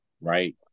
Right